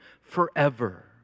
forever